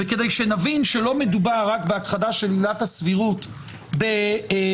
כדי שנבין שלא רק מדובר בהכחדה של עילת הסבירות בהקשר